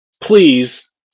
please